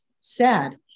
sad